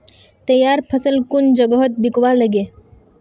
तैयार फसल कुन जगहत बिकवा लगे?